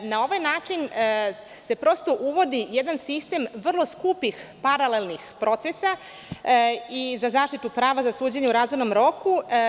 Na ovaj način se prosto uvodi jedan sistem vrlo skupih paralelnih procesa za zaštitu prava za suđenje u razumnom roku.